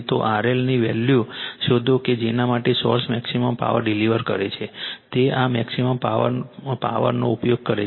તો RL નું value શોધો કે જેના માટે સોર્સ મેક્સિમમ પાવર ડિલિવર કરે છે તે આ મેક્સિમમ પાવર પાવરનો ઉપયોગ કરે છે